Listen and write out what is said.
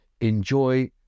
enjoy